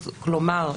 כלומר,